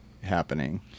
happening